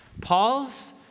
Paul's